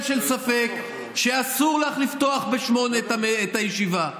של ספק שאסור לך לפתוח ב-08:00 את הישיבה.